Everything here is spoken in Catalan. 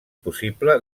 possible